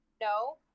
No